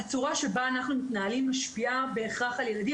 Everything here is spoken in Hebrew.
הצורה שבה אנחנו מתנהלים, משפיע בהכרח על הילדים.